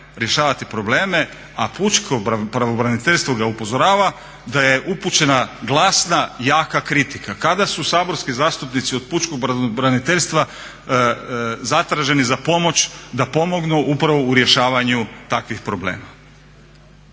rješavati probleme, a pučko pravobraniteljstvo ga upozorava da je upućena glasna, jaka kritika. Kada su saborski zastupnici od pučkog pravobraniteljstva zatraženi za pomoć da pomognu upravo u rješavanju takvih problema.